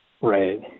Right